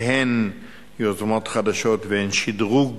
הן יוזמות חדשות והן שדרוג